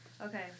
Okay